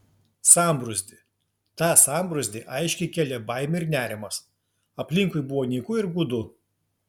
sambrūzdį tą sambrūzdį aiškiai kėlė baimė ir nerimas aplinkui buvo nyku ir gūdu